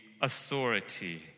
authority